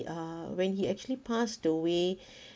uh when he actually passed away